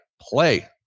play